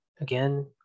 again